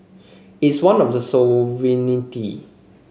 is one of the sovereignty